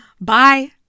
bye